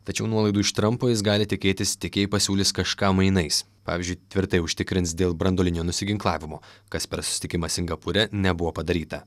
tačiau nuolaidų iš trampo jis gali tikėtis tik jei pasiūlys kažką mainais pavyzdžiui tvirtai užtikrins dėl branduolinio nusiginklavimo kas per susitikimą singapūre nebuvo padaryta